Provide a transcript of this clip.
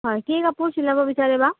হয় কি কাপোৰ চিলাব বিচাৰে বা